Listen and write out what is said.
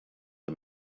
the